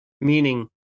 Meaning